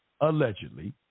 Allegedly